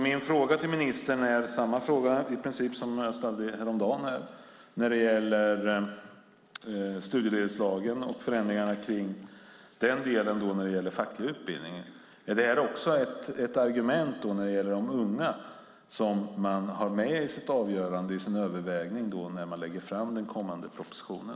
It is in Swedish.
Min fråga till ministern är i princip samma fråga som jag ställde häromdagen om studiemedelslagen och förändringarna i den del som gäller facklig utbildning: Är det här också ett argument när det gäller de unga som man har med i sitt övervägande när man lägger fram den kommande propositionen?